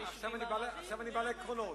עכשיו אני בא לעקרונות.